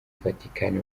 vatikani